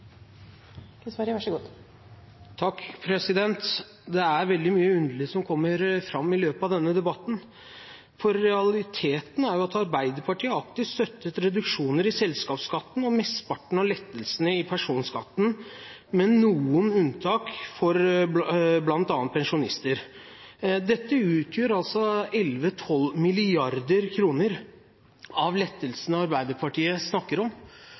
Det er veldig mye underlig som kommer fram i løpet av denne debatten, for realiteten er jo at Arbeiderpartiet aktivt støttet reduksjoner i selskapsskatten og mesteparten av lettelsene i personskatten, med noen unntak for bl.a. pensjonister. Dette utgjør 11–12 mrd. kr av lettelsene Arbeiderpartiet snakker om.